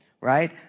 right